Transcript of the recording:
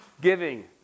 giving